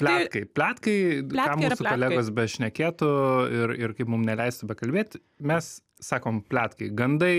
pletkai pletkai ką mūsų kolegos bešnekėtų ir ir kaip mum neleistų bekalbėt mes sakom pletkai gandai